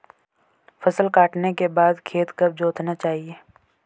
फसल काटने के बाद खेत कब जोतना चाहिये?